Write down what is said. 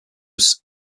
was